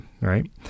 right